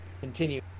continue